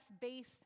base